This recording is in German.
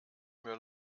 mir